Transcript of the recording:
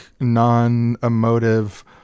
non-emotive